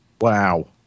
wow